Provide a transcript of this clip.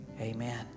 Amen